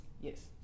Yes